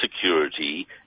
security